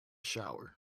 shower